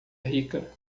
rica